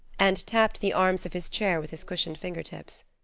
and tapped the arms of his chair with his cushioned fingertips.